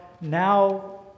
now